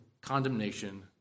condemnation